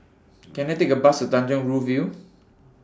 Can I Take A Bus to Tanjong Rhu View